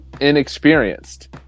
inexperienced